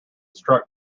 struck